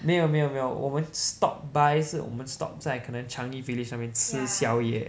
没有没有没有我们 stop by 是我们 stop 在可能 stop by Changi village 那边吃宵夜